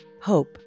hope